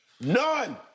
none